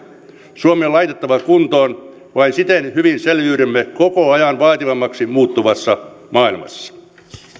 suomi on laitettava kuntoon vain siten selviydymme hyvin koko ajan vaativammaksi muuttuvassa maailmassa